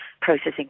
processing